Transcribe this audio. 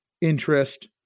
interest